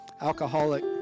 alcoholic